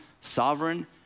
sovereign